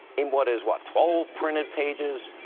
in what is what, twelve printed pages.